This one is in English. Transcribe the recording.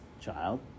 child